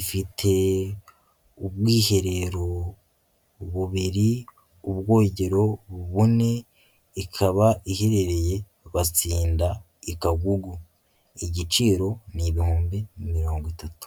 ifite ubwiherero bubiri, ubwogero bune, ikaba iherereye Batsinda i Kagugu, igiciro ni ibihumbi mirongo itatu.